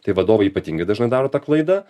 tai vadovai ypatingai dažnai daro tą klaidą